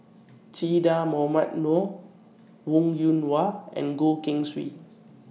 Che Dah Mohamed Noor Wong Yoon Wah and Goh Keng Swee